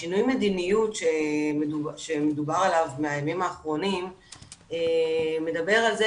שינוי המדיניות שמדובר עליו מהימים האחרונים מדבר על זה